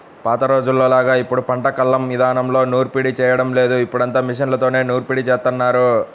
పాత రోజుల్లోలాగా ఇప్పుడు పంట కల్లం ఇదానంలో నూర్పిడి చేయడం లేదు, ఇప్పుడంతా మిషన్లతోనే నూర్పిడి జేత్తన్నారు